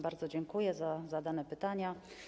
Bardzo dziękuję za zadane pytania.